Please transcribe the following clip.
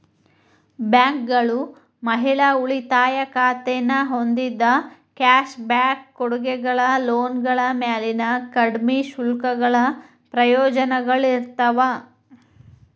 ಬ್ಯಾಂಕ್ಗಳು ಮಹಿಳಾ ಉಳಿತಾಯ ಖಾತೆನ ಹೊಂದಿದ್ದ ಕ್ಯಾಶ್ ಬ್ಯಾಕ್ ಕೊಡುಗೆಗಳ ಲೋನ್ಗಳ ಮ್ಯಾಲಿನ ಕಡ್ಮಿ ಶುಲ್ಕಗಳ ಪ್ರಯೋಜನಗಳ ಇರ್ತಾವ